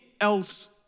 else